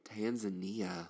Tanzania